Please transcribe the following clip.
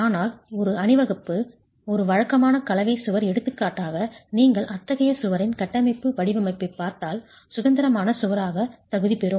ஆனால் ஒரு அணிவகுப்பு ஆனால் ஒரு வழக்கமான கலவை சுவர் எடுத்துக்காட்டாக நீங்கள் அத்தகைய சுவரின் கட்டமைப்பு வடிவமைப்பைப் பார்த்தால் சுதந்திரமான சுவராக தகுதி பெறும்